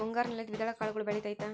ಮುಂಗಾರಿನಲ್ಲಿ ದ್ವಿದಳ ಕಾಳುಗಳು ಬೆಳೆತೈತಾ?